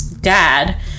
dad